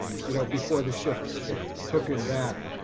you know, before the shift, shift took him back.